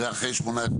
זה אחרי 18 חודשים?